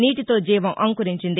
నీటితో జీవం అంకురించింది